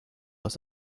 aus